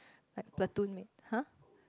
like platoon mate [huh]